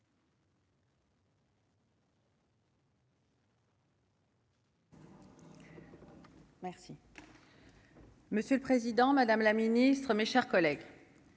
Monsieur le Président, Madame la Ministre, mes chers collègues.